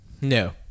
No